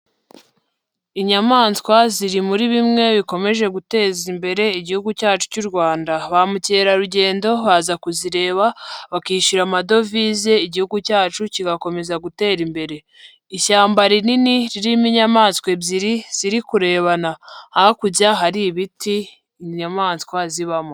Inyamaswa ziri muri bimwe bikomeje guteza imbere Igihugu cyacu cy'u Rwanda, ba mukerarugendo baza kuzireba bakishyura amadovize Igihugu cyacu kigakomeza gutera imbere, ishyamba rinini ririmo inyamaswa ebyiri ziri kurebana, hakurya hari ibiti inyamaswa zibamo.